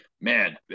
Man